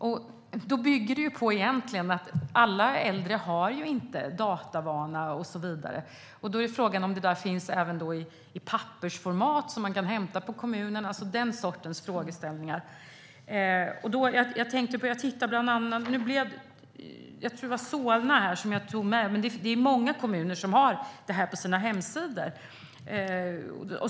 Detta bygger egentligen på att alla äldre har datavana och så vidare. Men det har de ju inte. Då är frågan om ansökningsblanketter även finns i pappersformat så att man kan hämta på kommunen. Det är som sagt var många kommuner som har det här på sina hemsidor, och jag tror att det var Solna som jag tog med mig hit.